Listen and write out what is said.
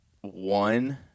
one